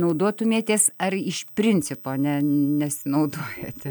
naudotumėtės ar iš principo ne nesinaudojate